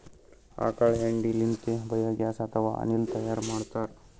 ಆಕಳ್ ಹೆಂಡಿ ಲಿಂತ್ ಬಯೋಗ್ಯಾಸ್ ಅಥವಾ ಅನಿಲ್ ತೈಯಾರ್ ಮಾಡ್ತಾರ್